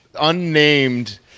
unnamed